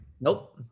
Nope